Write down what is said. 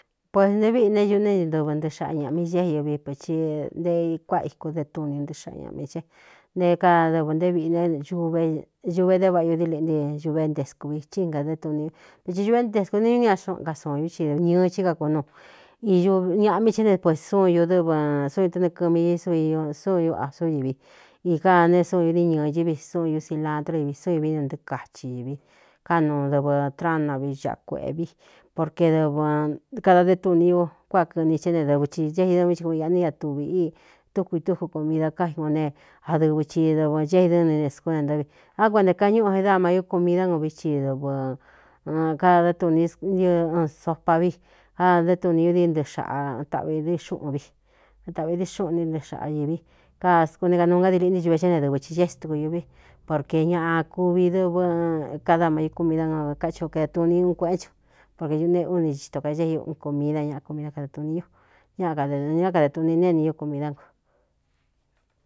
Pues nté viꞌi ne ñuꞌné dɨvɨ ntɨɨ xaꞌa ñāꞌmi cée uvi pakhi ntei kuáꞌa iku de túni u ntɨ xaꞌa ñāꞌmi ce nte kadadɨvɨ nté viꞌine ñuve dé vaꞌa u dɨ liꞌntɨ ūve ntesku vi cí ngadɨ tuni u vathi ñuꞌvé ntesku ne ñú ñia xn ka sun ñú cidv ñɨɨ chí kakunuu iñāꞌmi ché ne pue súun ñu dɨ́vɨ su ñū ténɨkɨmi ñi suviñ súnñú a súnivi īká da nee súun ñūni ñɨñɨ vi súꞌun ūsilandro ivi súvivinu ntɨɨ kachi īvi kánuu dɨvɨ traán na vicꞌ kueꞌvi porke dɨɨkada dé tuni ñú kuāꞌ kɨni thé ne dɨvɨ ci é idɨ vi i kun iꞌa ní ña tuvī íi túku itúku ku mi da ká i go ne adɨvɨ cidɨvɨ cé idɨ́nni teskú de ntɨ vi á kuentē kaꞌn ñúꞌu i daa maiúkumi dá nuvií ci dɨadɨ tni nɨn sopá vi áanɨ tni ú dixtaꞌvī di xuꞌun ní ntɨɨ xaꞌa ñīvi kaku ne kanuu ngádi liꞌntɨ uve ché ne dɨvɨ chi é stku uvi porkē ñaꞌa kuvi dɨvɨ káda maiúkumídá nga káci o k e tuni ú un kuéꞌén chɨ u porke ñuꞌne úni íto ka éin kumida ñaꞌa kumiidá kada tuni u ñáꞌ kadeɨñɨ á kadē tuni neini ñú ku midá nku.